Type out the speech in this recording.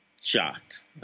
shocked